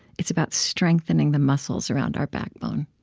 it's about strengthening the muscles around our backbone.